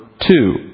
two